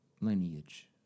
lineage